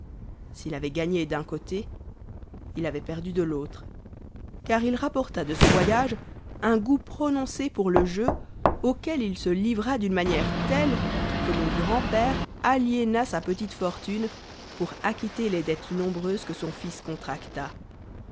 s'il avait gagné d'un côté il avait perdu de l'autre car il rapporta de ce voyage un goût prononcé pour le jeu auquel il se livra d'une manière telle que mon grand-père aliéna sa petite fortune pour acquitter les dettes nombreuses que son fils contracta